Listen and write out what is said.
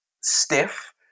stiff